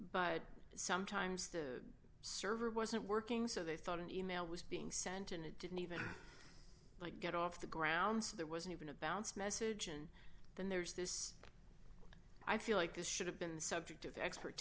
but sometimes the server wasn't working so they thought an email was being sent and it didn't even like get off the ground so there wasn't even a bounce message and then there's this i feel like this should have been the subject of expert